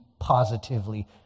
positively